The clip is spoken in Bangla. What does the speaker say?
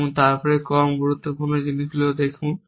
এবং তারপরে কম গুরুত্বপূর্ণ জিনিসগুলি দেখুন